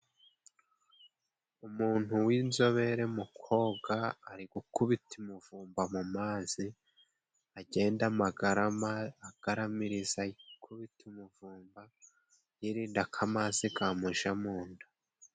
Umuntu w'inzobere mu koga，ari gukubita umuvumba mu mazi， agenda amagarama， agaramiriza akubita umuvumba， yirinda ko amazi gamuja mu nda.